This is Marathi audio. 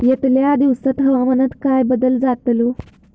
यतल्या दिवसात हवामानात काय बदल जातलो?